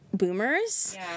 boomers